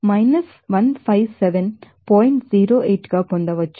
08 గా పొందవచ్చు